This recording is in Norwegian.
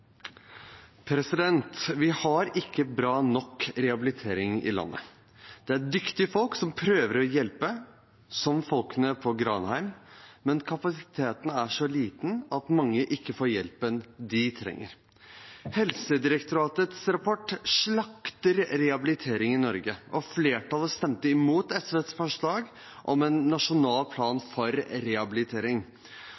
dyktige folk som prøver å hjelpe, som folkene på Granheim, men kapasiteten er så liten at mange ikke får hjelpen de trenger. Helsedirektoratets rapport slakter rehabilitering i Norge, og flertallet stemte imot SVs forslag om en nasjonal plan